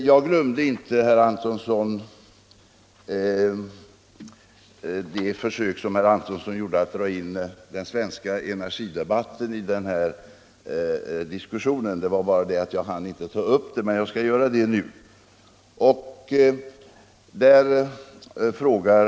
Jag glömde inte, herr Antonsson, de försök som herr Antonsson gjorde att dra in den svenska energidebatten i denna diskussion. Jag hann inte ta upp dem. Jag skall emellertid göra det nu.